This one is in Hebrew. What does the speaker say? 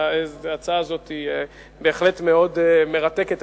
ההצעה הזאת היא בהחלט מאוד מרתקת,